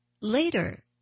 Later